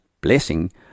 blessing